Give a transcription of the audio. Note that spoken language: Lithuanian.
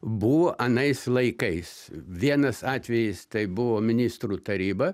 buvo anais laikais vienas atvejis tai buvo ministrų taryba